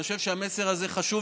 אני חושב שהמסר הזה, חשוב